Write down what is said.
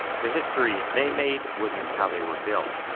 the history they made was in how they were built.